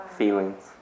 Feelings